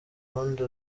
rundi